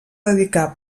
dedicà